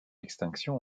extinction